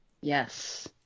Yes